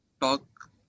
talk